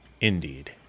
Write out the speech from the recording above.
Indeed